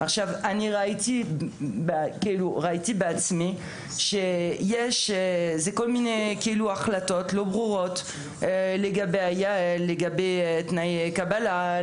ראיתי בעצמי כל מיני החלטות לא ברורות לגבי תנאי קבלה,